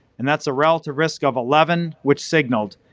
and that's a relative risk of eleven which signaled.